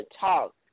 talk